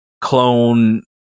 clone